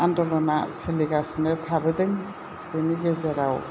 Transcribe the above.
आन्दलना सोलिबोगासिनो थाबोदों बिनि गेजेराव